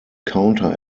counter